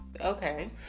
okay